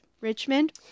Richmond